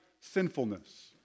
sinfulness